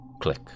Click